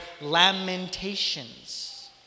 Lamentations